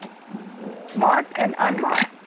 marked and unmarked.